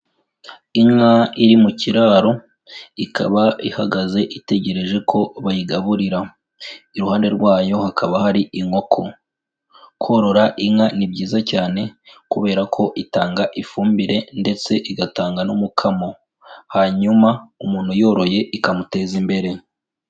Inka iri mu kiraro, ikaba ihagaze itegereje ko bayigaburira. Iruhande rwayo hakaba hari inkoko. Korora inka ni byiza cyane kubera ko itanga ifumbire ndetse igatanga n'umukamo hanyuma umuntu uyoroye ikamuteza imbere.